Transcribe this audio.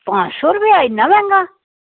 पंज सौ रपेऽ इन्ना मैंह्गा